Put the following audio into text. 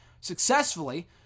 successfully